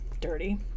dirty